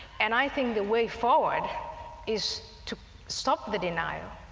and i think the way forward is to stop the denial,